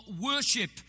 worship